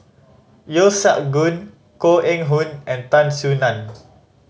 Yeo Siak Goon Koh Eng Hoon and Tan Soo Nan